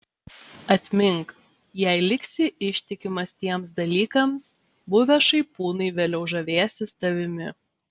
atmink jei liksi ištikimas tiems dalykams buvę šaipūnai vėliau žavėsis tavimi